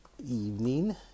evening